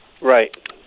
Right